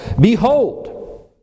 behold